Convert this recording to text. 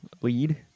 lead